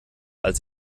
als